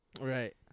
Right